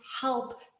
help